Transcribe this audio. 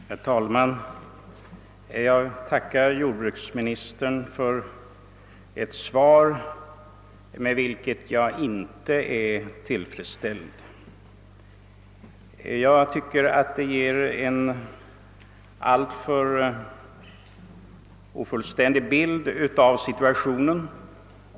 Herr talman! Jag tackar jordbruksministern för svaret med vars innehåll jag dock inte är tillfredsställd. Jag tycker att svaret ger en alltför ofullständig bild av situationen.